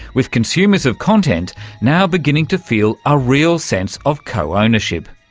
with consumers of content now beginning to feel a real sense of co-ownership.